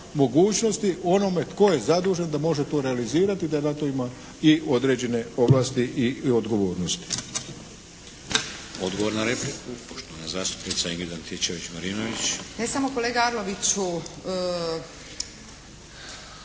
mogućnosti onome tko je zadužen da može to realizirati, da to ima i određene ovlasti i odgovornosti. **Šeks, Vladimir (HDZ)** Odgovor na repliku poštovana zastupnica Ingrid Antičević-Marinović. **Antičević Marinović,